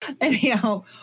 Anyhow